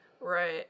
Right